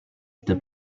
the